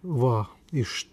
va iš